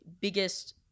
biggest